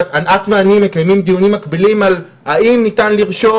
את ואני מקיימים דיונים מקבילים על האם ניתן לרשום